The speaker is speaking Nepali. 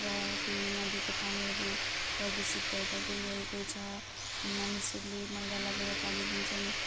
र त्यही नदीको पानीहरू प्रदूर्षित भएर गइरहेको छ मानिसहरूले मैला लगेर फालिदिन्छन्